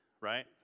right